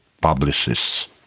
publicists